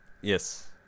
Yes